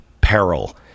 peril